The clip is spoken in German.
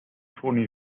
toni